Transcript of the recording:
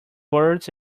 birds